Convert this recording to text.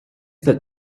that